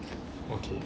okay